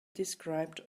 described